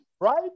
right